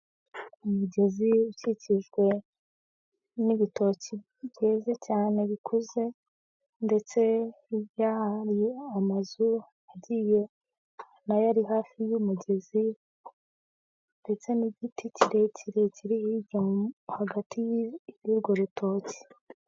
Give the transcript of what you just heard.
Umugezi ukikijwe n'ibitoki byeze cyane bikuze, ndetse hirya hari amazu agiye naya ari hafi y'umugezi ndetse n'igiti kirekirerekire hirya hagati y'urwo rutoki.